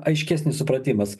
aiškesnis supratimas